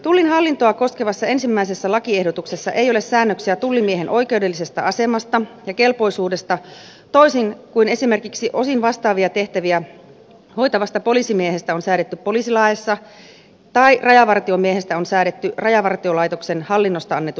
tullin hallintoa koskevassa ensimmäisessä lakiehdotuksessa ei ole säännöksiä tullimiehen oikeudellisesta asemasta ja kelpoisuudesta toisin kuin esimerkiksi osin vastaavia tehtäviä hoitavasta poliisimiehestä on säädetty poliisilaissa tai rajavartiomiehestä on säädetty rajavartiolaitoksen hallinnosta annetussa laissa